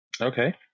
Okay